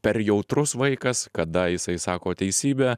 per jautrus vaikas kada jisai sako teisybę